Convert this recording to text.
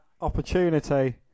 opportunity